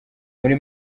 muri